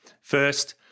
First